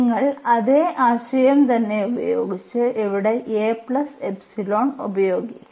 നിങ്ങൾ അതേ ആശയം തന്നെ ഉപയോഗിക്കും ഇവിടെ ഉപയോഗിക്കും